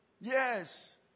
Yes